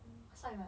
mm 帅吗